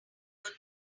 hello